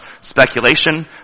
speculation